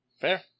Fair